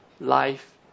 life